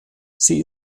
sie